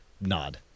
nod